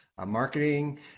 Marketing